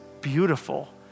beautiful